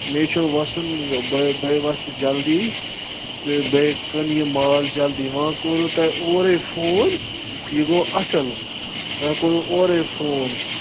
مےٚ چھُ وَسُن باے بہٕ وَسہٕ جلدی یی تہٕ بے کٕنہٕ یہِ مال جلدی ؤ کوٚرو تۄہہِ اورے فون یہِ گوٚو اصل تۄہہِ کوٚرو اورے فون